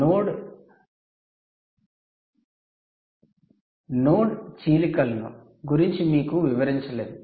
node చీలికలను గురించి మీకు వివరించలేదు